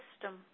system